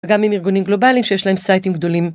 גם עם ארגונים גלובליים שיש להם סייטים גדולים.